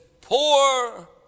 poor